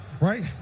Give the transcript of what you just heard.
right